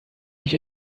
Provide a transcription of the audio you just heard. mich